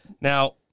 Now